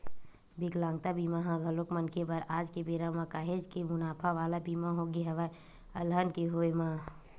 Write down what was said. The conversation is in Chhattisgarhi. बिकलांगता बीमा ह घलोक मनखे बर आज के बेरा म काहेच के मुनाफा वाला बीमा होगे हवय अलहन के होय म